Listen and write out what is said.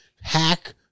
hack